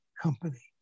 company